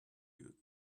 you